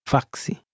Faxi